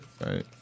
right